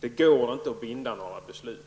Det går inte att binda några beslut.